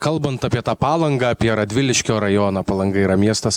kalbant apie tą palangą apie radviliškio rajoną palanga yra miestas